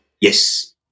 Yes